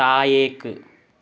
താഴേക്ക്